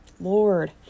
Lord